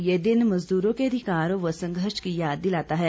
ये दिन मजदूरों के अधिकारों व संघर्ष की याद दिलाता है